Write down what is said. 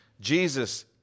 Jesus